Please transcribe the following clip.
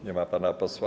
Nie ma pana posła.